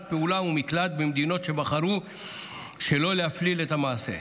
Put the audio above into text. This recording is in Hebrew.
פעולה ומקלט במדינות שבחרו שלא להפליל את המעשה.